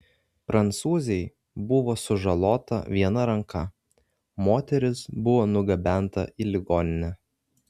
prancūzei buvo sužalota viena ranka moteris buvo nugabenta į ligoninę